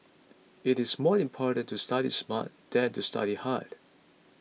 it is more important to study smart than to study hard